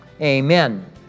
Amen